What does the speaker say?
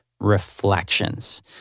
reflections